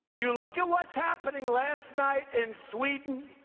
you look at what's happening last night in sweden.